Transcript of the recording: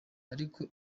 ariko